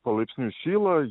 palaipsniui šyla